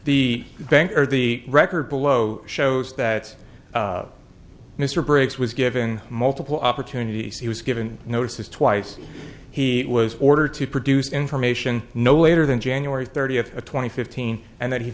the bank or the record below shows that mr briggs was given multiple opportunities he was given notices twice he was ordered to produce information no later than january thirtieth twenty fifteen and that he